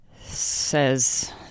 says